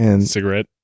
Cigarette